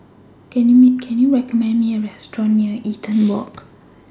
Can YOU recommend Me A Restaurant near Eaton Walk